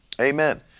Amen